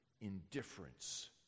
indifference